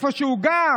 איפה שהוא גר.